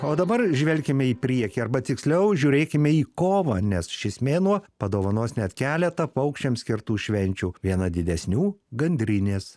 o dabar žvelkime į priekį arba tiksliau žiūrėkime į kovą nes šis mėnuo padovanos net keletą paukščiams skirtų švenčių vieną didesnių gandrinės